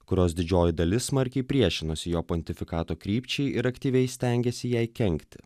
kurios didžioji dalis smarkiai priešinosi jo pontifikato krypčiai ir aktyviai stengėsi jai kenkti